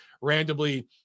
randomly